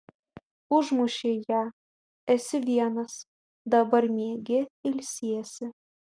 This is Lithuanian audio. užmušei ją esi vienas dabar miegi ilsiesi